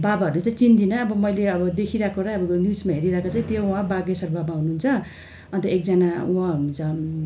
बाबाहरूले चाहिँ चिन्दिनँ अब मैले अब देखिरहेको र अब न्युजमा हेरिरहेको चाहिँ त्यो अब बागेश्वर बाबा हुनुहुन्छ अन्त एकजना उहाँ हुनुहुन्छ